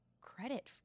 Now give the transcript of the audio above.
credit